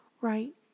right